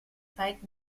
zeit